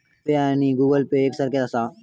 UPI आणि Google Pay एक सारख्याच आसा?